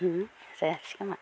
उम जायासै खोमा